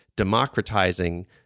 democratizing